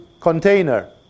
container